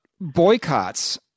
boycotts